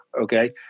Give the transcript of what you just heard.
Okay